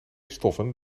stoffen